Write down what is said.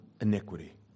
iniquity